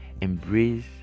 Embrace